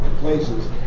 places